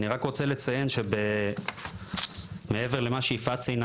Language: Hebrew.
אני רק רוצה לציין שמעבר למה שיפעת ציינה